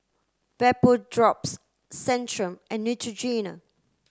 Vapodrops Centrum and Neutrogena